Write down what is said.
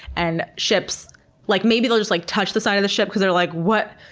and ships like maybe they'll just like touch the side of the ship because they're like, what,